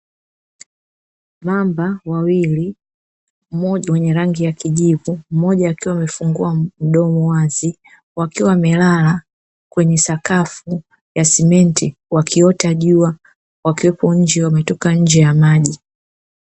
Mamba wawili mmoja wa rangi ya kijivu, mmoja akiwa amefungua mdomo wazi, wakiwa wamekaa kwenye sakafu ya simenti wakiwa wanaota jua wakiwa wametoka ndani ya maji.